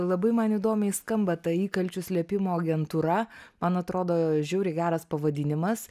labai man įdomiai skamba ta įkalčių slėpimo agentūra man atrodo žiauriai geras pavadinimas